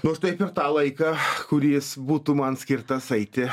nu aš tai per tą laiką kuris būtų man skirtas eiti